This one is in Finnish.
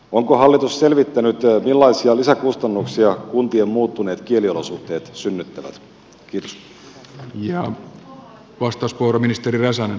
onko hallitus selvittänyt millaisia lisäkustannuksia kuntien muuttuneet kieliolosuhteet synnyttävät